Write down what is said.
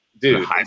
dude